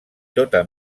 tota